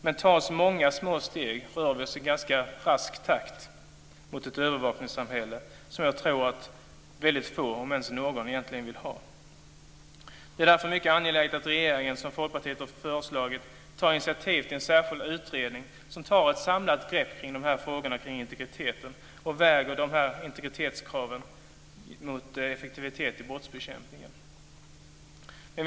Men tas det många små steg rör vi oss i ganska rask takt mot ett övervakningssamhälle, som jag tror att väldigt få, om ens någon, egentligen vill ha. Det är därför mycket angeläget att regeringen, som Folkpartiet också föreslagit, tar initiativ till en särskild utredning som tar ett samlat grepp om frågorna kring integritet och väger dessa integritetskrav mot kraven på effektivitet i brottsbekämpningen.